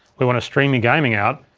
we wanna stream your gaming out,